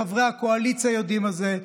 חברי הקואליציה יודעים את זה.